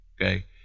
Okay